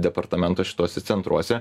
departamento šituose centruose